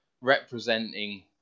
representing